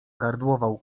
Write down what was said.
gardłował